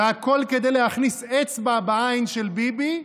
והכול כדי להכניס אצבע בעין של ביבי,